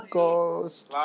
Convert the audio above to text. Ghost